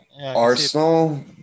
Arsenal